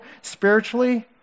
spiritually